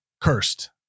Cursed